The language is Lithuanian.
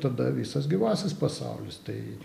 tada visas gyvasis pasaulis tai